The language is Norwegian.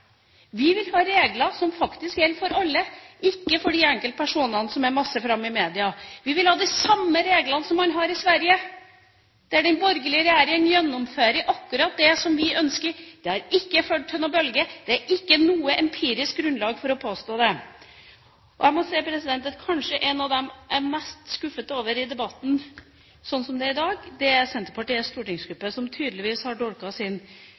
Vi vil ha regler som gjelder for alle, ikke for enkeltpersoner som er masse framme i media. Vi vil ha de samme reglene som man har i Sverige, der den borgerlige regjeringa gjennomfører akkurat det som vi ønsker. Det har ikke ført til noen bølge, det er ikke noe empirisk grunnlag for å påstå det. Kanskje det jeg er mest skuffet over i debatten sånn som det er i dag, er Senterpartiets stortingsgruppe, som tydeligvis har dolket sin